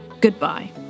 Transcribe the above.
goodbye